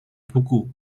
buku